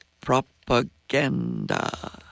Propaganda